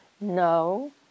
No